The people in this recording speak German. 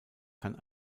kann